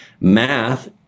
math